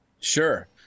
Sure